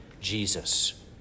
Jesus